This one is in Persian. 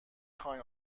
خواین